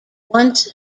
once